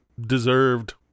deserved